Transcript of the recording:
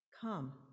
come